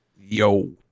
Yo